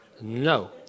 No